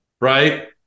right